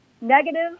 negative